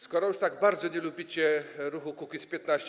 Skoro już tak bardzo nie lubicie Ruchu Kukiz’15.